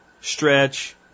stretch